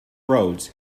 roads